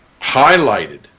highlighted